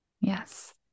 Yes